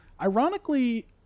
Ironically